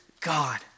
God